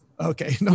Okay